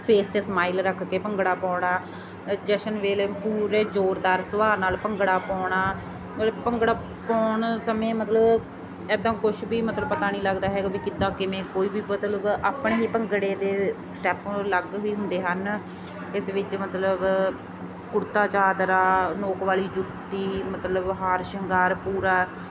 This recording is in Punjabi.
ਫੇਸ 'ਤੇ ਸਮਾਈਲ ਰੱਖ ਕੇ ਭੰਗੜਾ ਪਾਉਣਾ ਜਸ਼ਨ ਵੇਲੇ ਪੂਰੇ ਜ਼ੋਰਦਾਰ ਸੁਭਾਅ ਨਾਲ ਭੰਗੜਾ ਪਾਉਣਾ ਮਤਲਬ ਭੰਗੜਾ ਪਾਉਣ ਸਮੇਂ ਮਤਲਬ ਇੱਦਾਂ ਕੁਛ ਵੀ ਮਤਲਬ ਪਤਾ ਨਹੀਂ ਲੱਗਦਾ ਹੈਗਾ ਵੀ ਕਿੱਦਾਂ ਕਿਵੇਂ ਕੋਈ ਵੀ ਬਦਲੇਗਾ ਆਪਣੇ ਹੀ ਭੰਗੜੇ ਦੇ ਸਟੈਪ ਅਲੱਗ ਵੀ ਹੁੰਦੇ ਹਨ ਇਸ ਵਿੱਚ ਮਤਲਬ ਕੁੜਤਾ ਚਾਦਰਾ ਨੋਕ ਵਾਲੀ ਜੁੱਤੀ ਮਤਲਬ ਹਾਰ ਸ਼ਿੰਗਾਰ ਪੂਰਾ